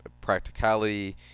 practicality